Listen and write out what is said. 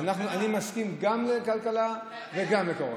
אני מסכים גם לכלכלה וגם לקורונה.